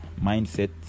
mindset